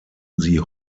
sie